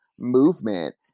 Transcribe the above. movement